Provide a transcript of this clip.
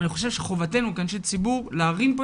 ואני חושב שחובתנו כאנשי ציבור להרים את